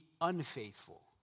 unfaithful